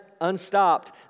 unstopped